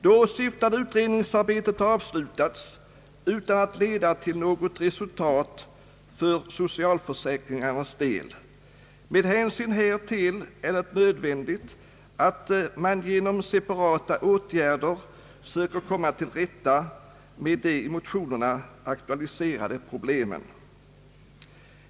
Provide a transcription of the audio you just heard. Det åsyftade utredningsarbetet har avslutats utan att leda till något resultat för socialförsäkringarnas del. Med hänsyn härtill är det nödvändigt att man genom separata åtgärder söker komma till rätta med de i motionerna aktualiserade problemen.